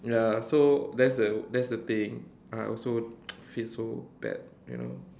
ya so that's the that's the thing I also feel so bad you know